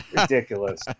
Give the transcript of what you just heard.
Ridiculous